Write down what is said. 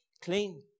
clean